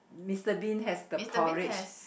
Mister-Bean has the porridge